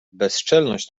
bezczelność